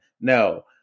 No